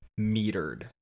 metered